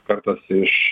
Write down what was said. kartas iš